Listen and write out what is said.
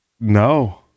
No